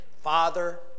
father